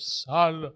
son